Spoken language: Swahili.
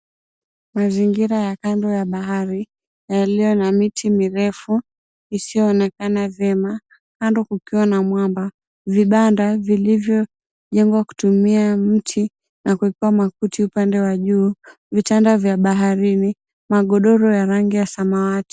Mazingira ya kando ya bahari yaliyo na miti mirefu isiyoonekana vyema. Kando kukiwa na mwamba, vibanda vilivyojengwa kutumia mti na kuwekwa makuti upande wa juu, vitanda vya baharini, magodoro ya rangi ya samawati.